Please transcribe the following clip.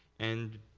and